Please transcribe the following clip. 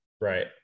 right